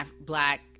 black